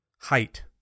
height